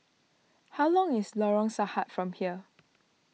how long is Lorong Sarhad from here